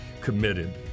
committed